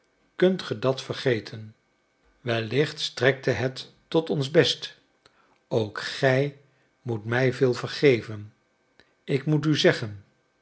kunt ge dat vergeten wellicht strekte het tot ons best ook gij moet mij veel vergeven ik moet u zeggen